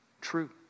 true